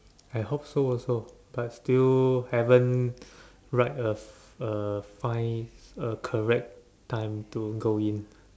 I hope so also but still haven't write a a find a correct time to go in